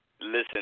Listen